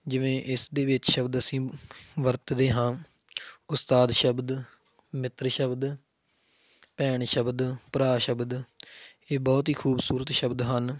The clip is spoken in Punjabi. ਜਿਵੇਂ ਇਸ ਦੇ ਵਿੱਚ ਸ਼ਬਦ ਅਸੀਂ ਵਰਤਦੇ ਹਾਂ ਉਸਤਾਦ ਸ਼ਬਦ ਮਿੱਤਰ ਸ਼ਬਦ ਭੈਣ ਸ਼ਬਦ ਭਰਾ ਸ਼ਬਦ ਇਹ ਬਹੁਤ ਹੀ ਖੂਬਸੂਰਤ ਸ਼ਬਦ ਹਨ